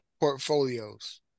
portfolios